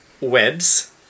webs